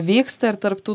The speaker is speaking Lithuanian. vyksta ir tarp tų